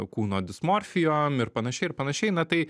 kūno dismorfijom ir panašiai ir panašiai na tai